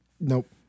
Nope